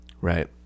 right